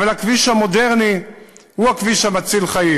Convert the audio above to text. אבל הכביש המודרני הוא הכביש המציל חיים.